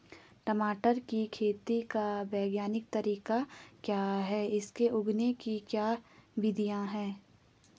टमाटर की खेती का वैज्ञानिक तरीका क्या है इसे उगाने की क्या विधियाँ हैं?